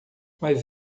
mas